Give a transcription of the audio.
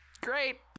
Great